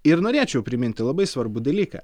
ir norėčiau priminti labai svarbų dalyką